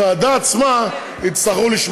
היא כבר מגיעה, כבוד היושב-ראש.